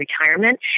retirement